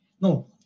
no